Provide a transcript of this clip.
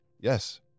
yes